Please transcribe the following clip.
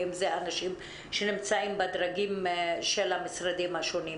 ואם אלו אנשים שנמצאים בדרגים של המשרדים השונים.